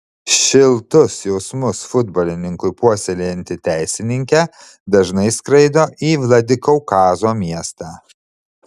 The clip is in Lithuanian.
šiltus jausmus futbolininkui puoselėjanti teisininkė dažnai skraido į vladikaukazo miestą